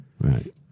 Right